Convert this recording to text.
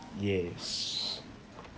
yes